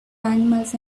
animals